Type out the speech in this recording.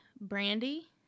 Brandy